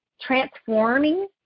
transforming